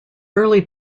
early